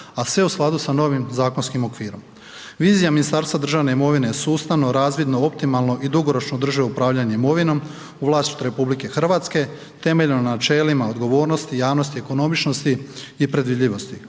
a sve u skladu sa novim zakonskim okvirom. Vizija Ministarstva državne imovine sustavno, razvidno, optimalno i dugoročno drži upravljanje imovinom u vlasništvu RH temeljem na načelima odgovornosti, javnosti, ekonomičnosti i predvidljivosti